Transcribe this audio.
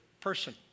person